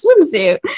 swimsuit